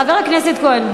חבר הכנסת כהן,